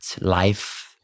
life